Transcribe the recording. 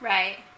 Right